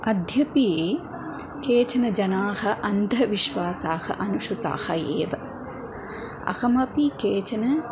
अद्यपि केचन जनाः अन्धविश्वासाः अनुसृताः एव अहमपि केचन